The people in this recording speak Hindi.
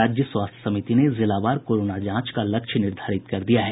राज्य स्वास्थ्य समिति ने जिलावार कोरोना जांच का लक्ष्य निर्धारित कर दिया है